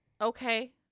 Okay